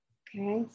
okay